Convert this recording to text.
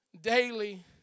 daily